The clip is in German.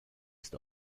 ist